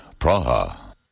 Praha